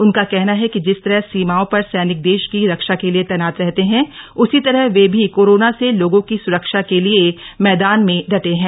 उनका कहना है कि जिस तरह सीमाओं पर सैनिक देश की रक्षा के लिए तैनात रहते हैं उसी तरह वे भी कोरोना से लोगों की सुरक्षा के लिए मैदान में डटे हैं